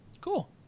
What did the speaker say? Cool